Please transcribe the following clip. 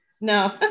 No